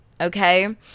Okay